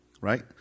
Right